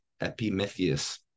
epimetheus